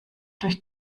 durch